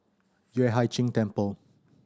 Yueh Hai Ching Temple